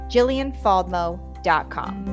JillianFaldmo.com